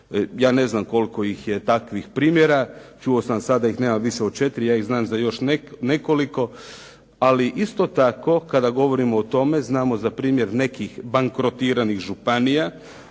Ja ne znam koliko ih je takvih primjera, čuo sam sada ih nema više od četiri, ja ih znam za još nekoliko. Ali isto tako kada govorimo o tome, znamo za primjer nekih bankrotiranih županija,